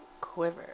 Quiver